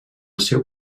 seu